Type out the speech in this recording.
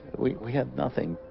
we have nothing